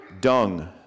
Dung